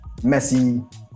Messi